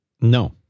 No